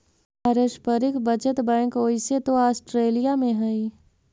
पारस्परिक बचत बैंक ओइसे तो ऑस्ट्रेलिया में हइ